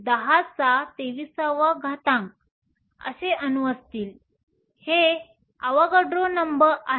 023 x 1023 अणू असतील हे अवागाड्रो नंबर आहे